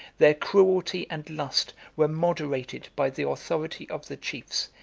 their cruelty and lust were moderated by the authority of the chiefs,